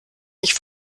nicht